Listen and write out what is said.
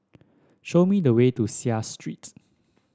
show me the way to Seah Street